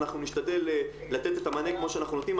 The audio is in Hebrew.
אנחנו נשתדל לתת את המענה כמו שאנחנו נותנים.